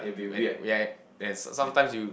when yeah there's sometimes you